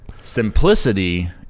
simplicity